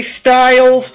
Styles